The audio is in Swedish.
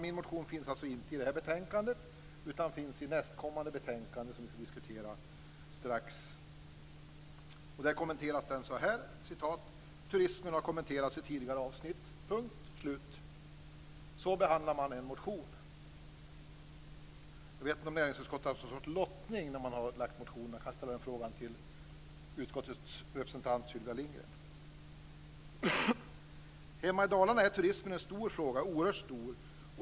Min motion finns nämligen inte i det här betänkandet, utan i nästkommande som vi ska diskutera strax. Där kommenteras den så här: "Turismen har kommenterats i tidigare avsnitt." Punkt, slut. Så behandlar man en motion. Jag vet inte om näringsutskottet har använt sig av lottning när man behandlat motionerna, och jag kastar den frågan till utskottets representant Sylvia Lindgren. Hemma i Dalarna är turismen en stor fråga - oerhört stor.